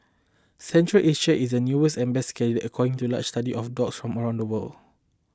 Central Asia is the newest and best candidate according to a large study of dogs from around the world